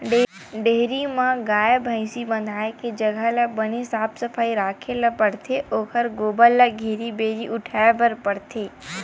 dairy म गाय, भइसी बंधाए के जघा ल बने साफ सफई राखे ल परथे ओखर गोबर ल घेरी भेरी उठाए बर परथे